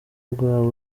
rwawe